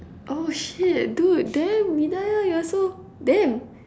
oh shit dude damn hidaya you are so damn